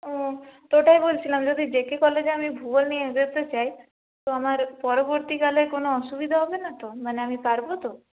ও তো ওটাই বলছিলাম যদি জেকে কলেজে আমি ভূগোল নিয়ে যেতে চাই তো আমার পরবর্তীকালে কোন অসুবিধা হবে না তো মানে আমি পারবো তো